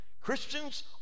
Christians